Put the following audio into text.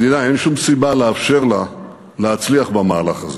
ידידי, אין שום סיבה לאפשר לה להצליח במהלך הזה.